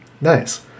Nice